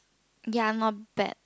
ya not bad